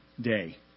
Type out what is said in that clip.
day